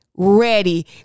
ready